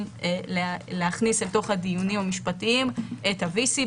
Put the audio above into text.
להכניס לדיונים המשפטיים את ה-VC.